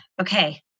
okay